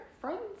friends